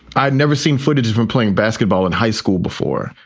i've never seen footage of him playing basketball in high school before.